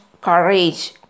courage